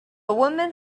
woman